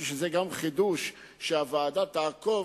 אני חושב שגם זה חידוש, שהוועדה תעקוב